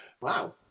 Wow